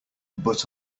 but